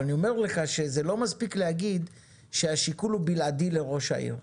אבל אני אומר לך שזה לא מספיק להגיד שהשיקול הוא בלעדי לראש העיר,